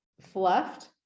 fluffed